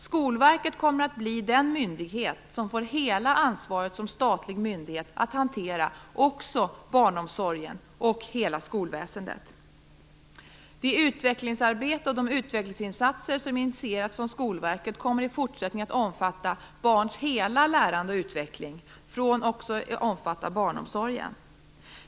Skolverket kommer att bli den myndighet som får hela ansvaret som statlig myndighet att hantera barnomsorgen och hela skolväsendet. Det utvecklingsarbete och de utvecklingsinsatser som initierats från Skolverket kommer i fortsättningen att omfatta barns hela lärande och utveckling, också barnomsorgen.